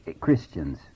Christians